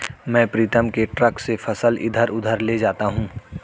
मैं प्रीतम के ट्रक से फसल इधर उधर ले जाता हूं